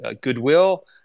goodwill